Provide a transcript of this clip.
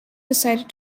decided